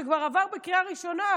שכבר עבר בקריאה הראשונה,